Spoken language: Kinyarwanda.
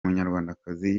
munyarwandakazi